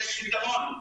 יש פתרון.